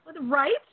Right